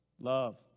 Love